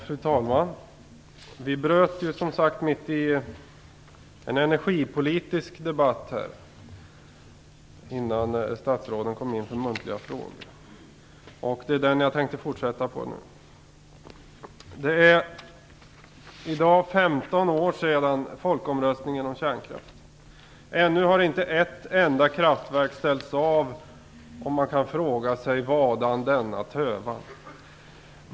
Fru talman! Vi bröt ju mitt i en energipolitisk debatt före de muntliga frågorna. Den skall jag nu fortsätta. Det är nu 15 år sedan folkomröstningen om kärnkraft. Ännu har inte ett enda kraftverk ställts av. Man kan fråga sig: Vadan denna tövan?